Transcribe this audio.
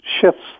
shifts